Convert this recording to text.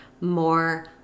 more